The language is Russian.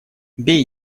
бей